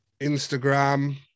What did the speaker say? instagram